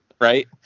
Right